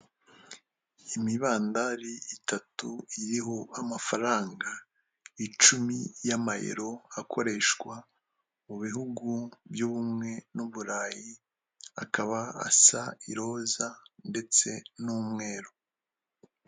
Imibandari itatu iriho amafaranga icumi y'amayero akoreshwa mu bihugu by'ubumwe n'uburayi akaba asa iroza ndetse n'umweru.